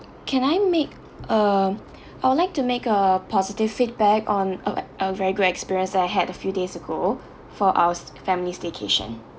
can I make a I would like to make a positive feedback on a a very good experience that I had a few days ago for our family staycation